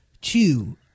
two—